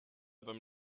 beim